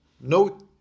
Note